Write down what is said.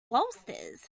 bolsters